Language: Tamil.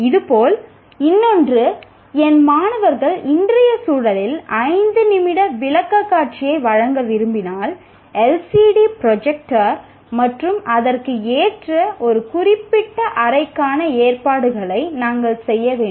இதேபோல் இன்னொன்று என் மாணவர்கள் இன்றைய சூழலில் ஐந்து நிமிட விளக்கக்காட்சியை வழங்க விரும்பினால் எல்சிடி ப்ரொஜெக்டர் மற்றும் அதற்கு ஏற்ற ஒரு குறிப்பிட்ட அறைக்கான ஏற்பாடுகளை நாங்கள் செய்ய வேண்டும்